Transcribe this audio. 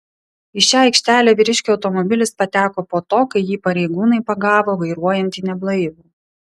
į šią aikštelę vyriškio automobilis pateko po to kai jį pareigūnai pagavo vairuojantį neblaivų